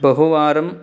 बहुवारं